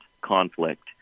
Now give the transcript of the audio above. conflict